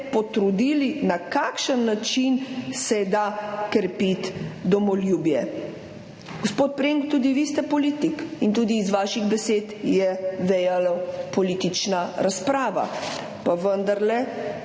potrudili, na kakšen način se da krepiti domoljubje. Gospod Premk, tudi vi ste politik in tudi iz vaših besed je vela politična razprava, pa vendarle